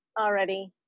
already